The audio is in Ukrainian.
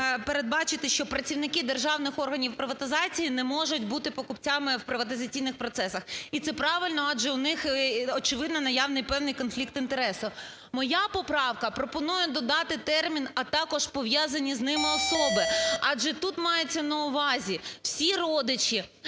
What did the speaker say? передбачити, що працівники державних органів приватизації не можуть бути покупцями в приватизаційних процесах. І це правильно, адже в них очевидно наявний певний конфлікт інтересів. Моя поправка пропонує додати термін "а також пов'язані з ними особи". Адже тут мається на увазі всі родичі,